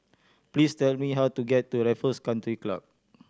please tell me how to get to Raffles Country Club